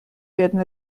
werden